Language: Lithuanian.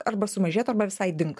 arba sumažėtų arba visai ding